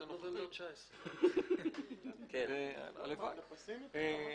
אני חוזר ומברך אותך, אמרתי את זה גם במליאה.